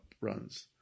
runs